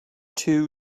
too